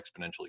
exponentially